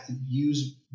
use